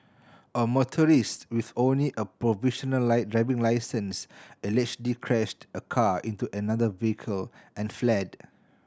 a motorist with only a provisional driving licence allegedly crashed a car into another vehicle and fled